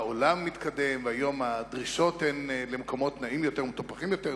העולם מתקדם והדרישות היום הן למקומות נאים יותר ומטופחים יותר,